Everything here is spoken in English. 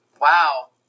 wow